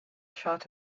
shot